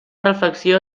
reflexió